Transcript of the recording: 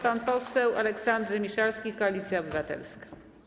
Pan poseł Aleksander Miszalski, Koalicja Obywatelska.